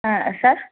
ஆ sir